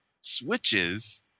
switches